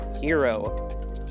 Hero